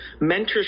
mentorship